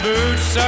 Boots